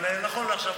אבל נכון לעכשיו,